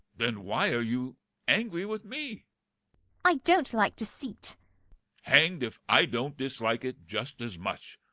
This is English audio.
then why are you angry with me i don't like deceit hanged if i don't dislike it just as much.